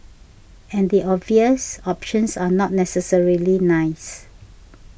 and the obvious options are not necessarily nice